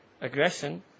aggression